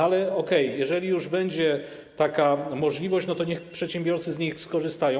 Ale okej, jeżeli już będzie taka możliwość, to niech przedsiębiorcy z niej skorzystają.